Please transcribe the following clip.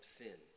sin